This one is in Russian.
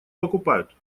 покупают